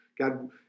God